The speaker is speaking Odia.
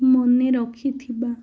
ମନେ ରଖିଥିବା